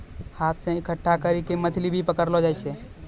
हाथ से इकट्ठा करी के मछली भी पकड़लो जाय छै